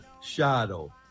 shadow